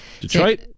detroit